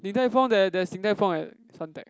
Din-Tai-Fung there there's Din-Tai-Fung at Suntec